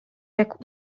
jak